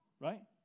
right